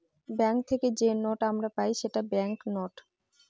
bank থেকে যে note আমরা পাই সেটা ব্যাঙ্ক নোট